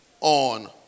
on